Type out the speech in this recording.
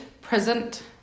Present